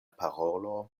parolo